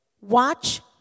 watch